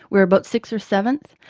we are about sixth or seventh,